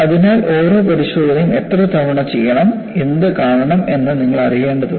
അതിനാൽ ഓരോ പരിശോധനയും എത്ര തവണ ചെയ്യണം എന്ത് കാണണം എന്ന് നിങ്ങൾ അറിയേണ്ടതുണ്ട്